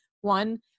One